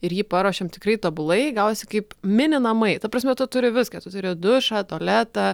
ir jį paruošėm tikrai tobulai gavosi kaip mini namai ta prasme tu turi viską tu turi dušą tualetą